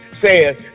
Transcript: says